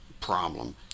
problem